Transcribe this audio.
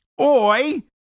Oi